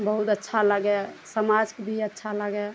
बहुत अच्छा लागए समाजके भी अच्छा लागए